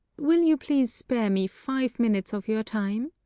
will you please spare me five minutes of your time?